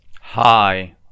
Hi